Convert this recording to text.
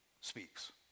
speaks